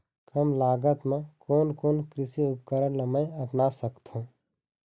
कम लागत मा कोन कोन कृषि उपकरण ला मैं अपना सकथो?